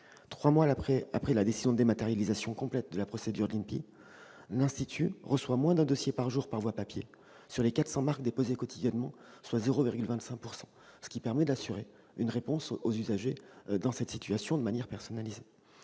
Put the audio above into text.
trois mois après la décision de dématérialisation complète de la procédure, l'INPI reçoit moins d'un dossier par jour par voie papier sur les 400 marques déposées quotidiennement, soit 0,25 %, ce qui permet d'apporter aux usagers dans cette situation une réponse personnalisée.